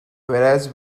whereas